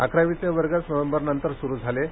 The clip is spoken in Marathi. अकरावीचे वर्गच नोव्हेंबरनंतर सुरू झाले आहेत